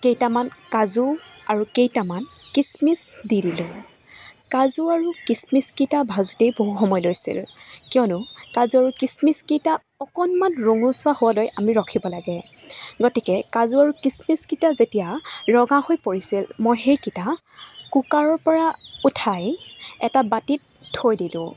কেইটামান কাজু আৰু কেইটামান খিচমিচ দি দিলোঁ কাজু আৰু খিচমিচকেইটা ভাজোঁতেই বহু সময় লৈছিল কিয়নো কাজু আৰু খিচমিচকেইটা অকণমান ৰঙচুৱা হ'বলৈ আমি ৰখিব লাগে গতিকে কাজু আৰু খিচমিচকেইটা যেতিয়া ৰঙা হৈ পৰিছিল মই সেইকেইটা কুকাৰৰ পৰা উঠাই এটা বাটিত থৈ দিলোঁ